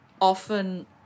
Often